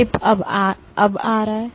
तो टिप अब आ रहा है